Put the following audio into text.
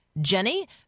Jenny